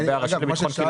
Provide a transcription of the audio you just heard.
לגבי הרשות לביטחון קהילתי.